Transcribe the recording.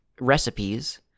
recipes